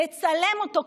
לצלם אותו,